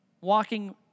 Walking